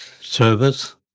service